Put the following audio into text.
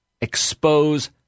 expose